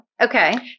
Okay